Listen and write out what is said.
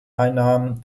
einnahm